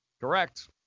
Correct